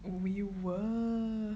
we were